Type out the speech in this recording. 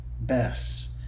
Bess